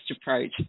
approach